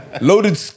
Loaded